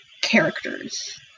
characters